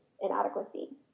inadequacy